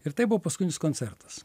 ir tai buvo paskutinis koncertas